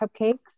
cupcakes